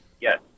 Yes